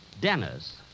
Dennis